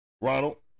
Ronald